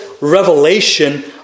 revelation